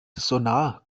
sonar